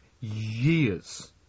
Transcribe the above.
years